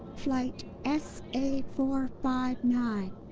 flight s a four five nine.